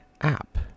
app